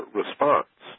response